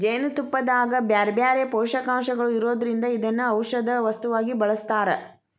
ಜೇನುತುಪ್ಪದಾಗ ಬ್ಯಾರ್ಬ್ಯಾರೇ ಪೋಷಕಾಂಶಗಳು ಇರೋದ್ರಿಂದ ಇದನ್ನ ಔಷದ ವಸ್ತುವಾಗಿ ಬಳಸ್ತಾರ